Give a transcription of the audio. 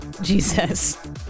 Jesus